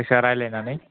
जायखिया रायज्लायनानै